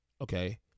Okay